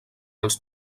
als